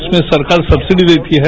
उसमें सरकार सब्सिडी देती है